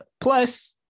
Plus